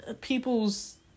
people's